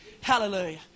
Hallelujah